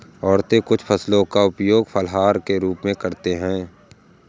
औरतें कुछ फसलों का उपयोग फलाहार के रूप में करते हैं